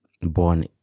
born